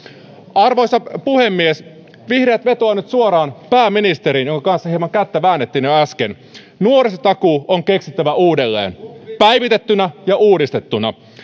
arvoisa puhemies vihreät vetoaa nyt suoraan pääministeriin jonka kanssa hieman kättä väännettiin jo äsken nuorisotakuu on keksittävä uudelleen päivitettynä ja uudistettuna